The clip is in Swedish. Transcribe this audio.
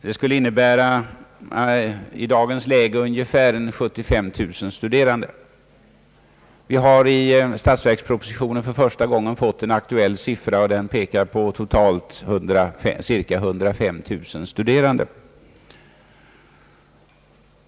Det skulle innebära ungefär 75 000 studerande i dagens läge. Vi har nu i statsverkspropositionen för första gången fått en aktuell siffra, och den pekar på totalt cirka 105 000 studerande.